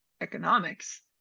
economics